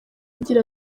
agira